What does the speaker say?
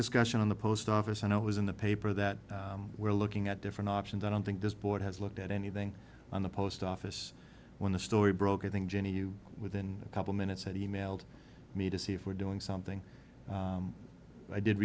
discussion in the post office and i was in the paper that we're looking at different options i don't think this board has looked at anything on the post office when the story broke i think jenny you within a couple minutes and emailed me to see if we're doing something i did